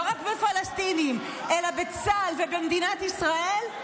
לא רק בפלסטינים אלא בצה"ל ובמדינת ישראל,